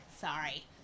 Sorry